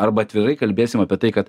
arba atvirai kalbėsim apie tai kad